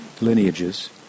lineages